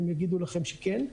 הם יגידו לכם שכן.